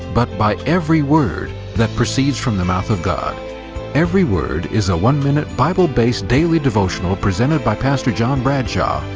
but by every word that proceeds from the mouth of god every word is a one-minute, bible-based daily devotional presented by pastor john bradshaw,